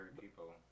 people